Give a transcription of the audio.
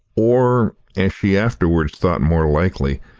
or, as she afterwards thought more likely,